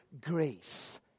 grace